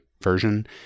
version